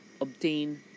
obtain